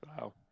Wow